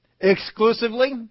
exclusively